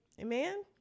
Amen